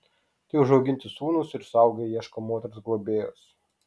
tai užauginti sūnūs ir suaugę ieško moters globėjos